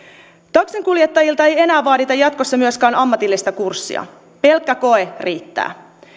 taksinkuljettajilta ei ei enää vaadita jatkossa myöskään ammatillista kurssia pelkkä koe riittää